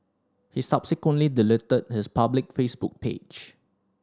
he subsequently deleted his public Facebook page